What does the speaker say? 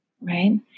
right